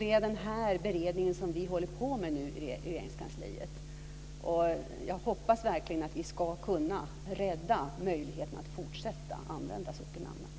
Det är denna beredning som vi nu håller på med i Jag hoppas verkligen att vi ska kunna rädda möjligheten att fortsätta använda sockennamnen.